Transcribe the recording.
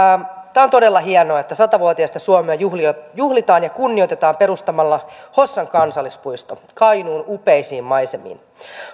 tämä on todella hienoa että satavuotiasta suomea juhlitaan ja kunnioitetaan perustamalla hossan kansallispuisto kainuun upeisiin maisemiin hossa